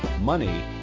money